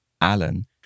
Alan